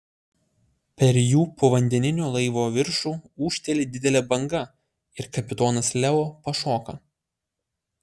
per jų povandeninio laivo viršų ūžteli didelė banga ir kapitonas leo pašoka